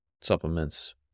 supplements